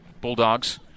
Bulldogs